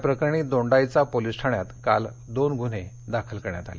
याप्रकरणी दोंडाईचा पोलीस ठाण्यात काल दोन ग्न्हे दाखल करण्यात आले